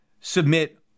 submit